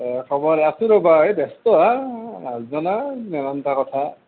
অঁ খবৰ আছোঁ ৰ'বা এ ব্যস্ত হা নাজনা না নানানটা কথা